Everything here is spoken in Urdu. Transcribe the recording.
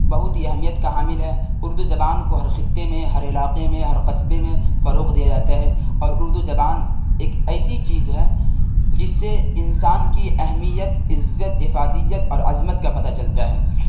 بہت ہی اہمیت کا حامل ہے اردو زبان کو ہر خطے میں ہر علاقے میں ہر قصبے میں فروغ دیا جاتا ہے اور اردو زبان ایک ایسی چیز ہے جس سے انسان کی اہمیت عزت افادیت اور عزمت کا پتا چلتا ہے